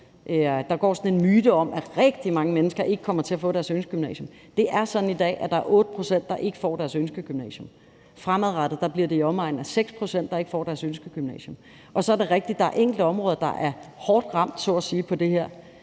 det her, og en af dem er, at rigtig mange mennesker ikke får plads på deres ønskegymnasium. Det er sådan i dag, at der er 8 pct., der ikke kommer ind på deres ønskegymnasium, og fremadrettet bliver det i omegnen af 6 pct., der ikke kommer ind på deres ønskegymnasium. Så er det rigtigt, at der er enkelte områder, der så at sige er